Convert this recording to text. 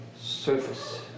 surface